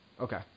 Okay